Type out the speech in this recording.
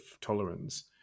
tolerance